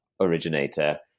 originator